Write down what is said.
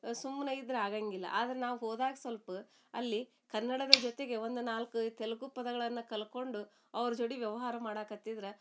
ಸುಮ್ಮನೆ ಇದ್ರೆ ಆಗೋಂಗಿಲ್ಲ ಆದ್ರೆ ನಾವು ಹೋದಾಗ ಸ್ವಲ್ಪ ಅಲ್ಲಿ ಕನ್ನಡದ ಜೊತೆಗೆ ಒಂದು ನಾಲ್ಕು ತೆಲುಗು ಪದಗಳನ್ನು ಕಲ್ತ್ಕೊಂಡು ಅವ್ರ ಜೋಡಿ ವ್ಯವಹಾರ ಮಾಡಕ್ಕೆ ಹತ್ತಿದ್ರೆ